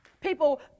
People